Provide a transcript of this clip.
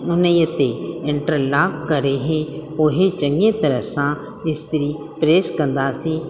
उन ई ते इंटरलाक करे ई पोइ चङे तरह सां इस्त्री प्रेस कंदासीं